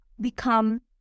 become